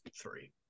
three